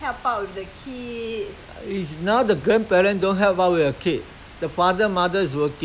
that's what I trying to say every generation got every generation life~ lifespan differently you see